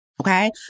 Okay